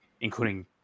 including